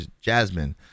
Jasmine